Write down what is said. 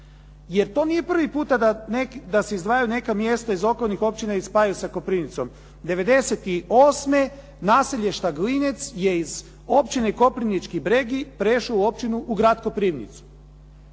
Jer to nije prvi puta da se izdvajaju neka mjesta iz okolnih općina i spajaju sa Koprivnicom. '98. naselje Štaglinec je iz Općine Koprivnički Bregi prešao u Grad Koprivnicu.